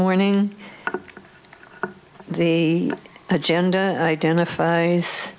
morning the agenda identifies